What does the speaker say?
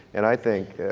and i think,